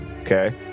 Okay